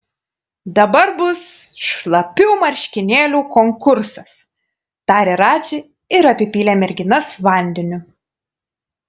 dabar bus šlapių marškinėlių konkursas tarė radži ir apipylė merginas vandeniu